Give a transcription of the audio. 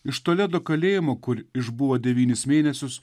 iš toledo kalėjimo kur išbuvo devynis mėnesius